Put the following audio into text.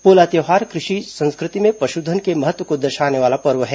पोला त्यौहार कृषि संस्कृति में पशुधन के महत्व को दर्शाने वाला पर्व है